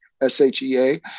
S-H-E-A